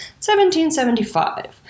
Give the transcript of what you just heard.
1775